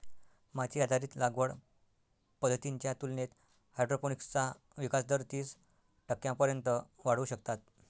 माती आधारित लागवड पद्धतींच्या तुलनेत हायड्रोपोनिक्सचा विकास दर तीस टक्क्यांपर्यंत वाढवू शकतात